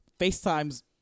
facetimes